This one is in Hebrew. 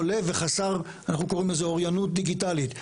חולה וחסר אוריינות דיגיטלית,